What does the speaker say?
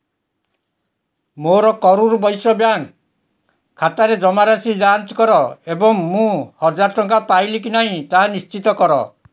ମୋର କରୂର ବୈଶ୍ୟ ବ୍ୟାଙ୍କ ଖାତାର ଜମାରାଶି ଯାଞ୍ଚ କର ଏବଂ ମୁଁ ହଜାର ଟଙ୍କା ପାଇଲି କି ନାହିଁ ତାହା ନିଶ୍ଚିତ କର